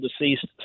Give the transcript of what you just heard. deceased